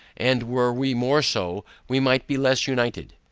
and were we more so, we might be less united.